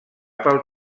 pel